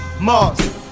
Mars